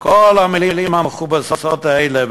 כל המילים המכובסות האלה.